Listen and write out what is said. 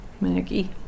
Maggie